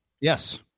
Yes